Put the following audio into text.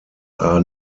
are